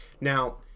now